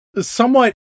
somewhat